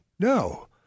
No